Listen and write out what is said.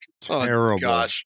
Terrible